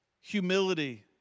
humility